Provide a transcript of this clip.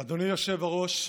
היושב-ראש,